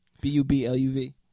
B-U-B-L-U-V